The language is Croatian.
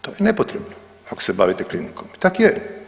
To je nepotrebno ako se bavite klinikom i tak je.